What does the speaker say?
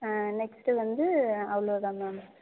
next வந்து அவ்வளோ தான் மேம்